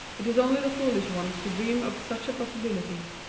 it is only the foolish ones who dream of such a possibility.